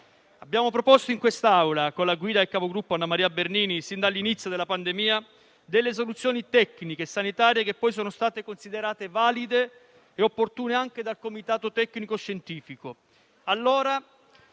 abbiamo proposto in quest'Aula, con la guida del capogruppo Anna Maria Bernini, delle soluzioni tecniche e sanitarie che poi sono state considerate valide e opportune anche dal Comitato tecnico-scientifico.